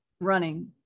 running